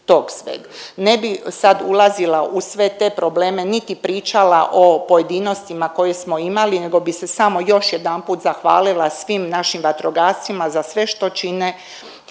Ne bi sad ulazila u sve te probleme, niti pričala o pojedinostima koje smo imali nego bi se samo još jedanput zahvalila svim našim vatrogascima za sve što čine